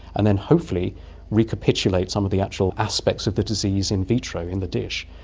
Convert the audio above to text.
and then hopefully recapitulate some of the actual aspects of the disease in vitro in the dish,